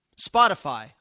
Spotify